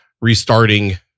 restarting